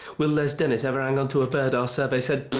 will les dennis ever hang on to a bird? our survey said.